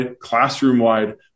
classroom-wide